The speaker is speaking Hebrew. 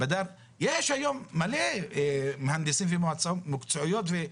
יש היום מלא מהנדסים ומהנדסות מקצועיים.